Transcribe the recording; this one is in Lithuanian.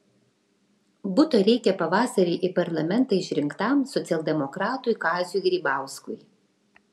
buto reikia pavasarį į parlamentą išrinktam socialdemokratui kaziui grybauskui